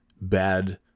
bad